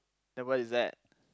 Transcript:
then where is that